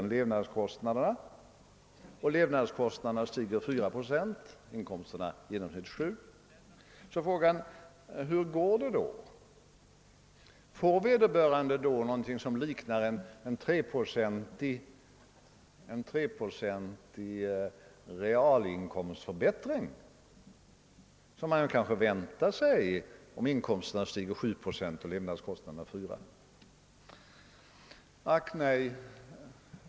Om levnadskostnaderna samtidigt ökar med 4 procent, stiger alltså penninginkomsterna i genomsnitt med 7 procent. Hur går det då? Får vederbörande någonting som liknar en 3-procentig realinkomstförbättring, som man kanske väntar sig om inkomsterna stiger med 7 procent och levnadskostnaderna med 4? Ack nej!